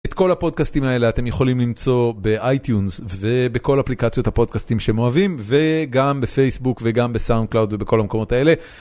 את כל הפודקאסטים האלה אתם יכולים למצוא באייטיונס ובכל אפליקציות הפודקאסטים שאתם אוהבים וגם בפייסבוק וגם בסאונד קלאוד ובכל המקומות האלה.